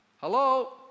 Hello